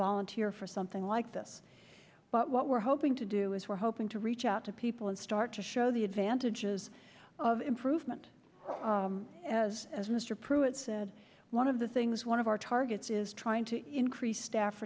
volunteer for something like this but what we're hoping to do is we're hoping to reach out to people and start to show the advantages of improvement of mr prewitt said one of the things one of our targets is trying to increase staff